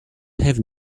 have